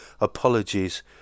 apologies